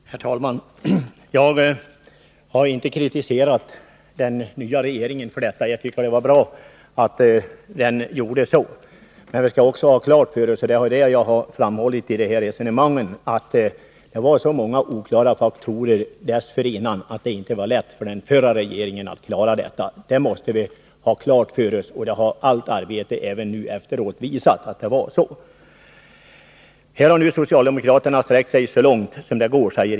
Herr talman! Jag har inte kritiserat den nya regeringen för detta. Jag tycker att det var bra att den handlade som den gjorde. Men vi skall också ha klart för oss att det, som jag har framhållit i resonemangen i denna fråga, dessförinnan fanns så många oklara faktorer att det inte var lätt för den förra regeringen att fatta beslut i frågan. Allt arbete i efterhand har också styrkt detta. Industriministern säger att socialdemokraterna nu har sträckt sig så långt som det går.